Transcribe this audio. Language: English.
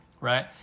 right